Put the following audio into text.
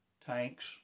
tanks